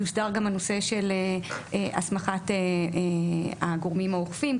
יוסדר גם הנושא של הסמכת הגורמים האוכפים,